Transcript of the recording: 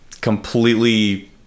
completely